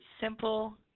simple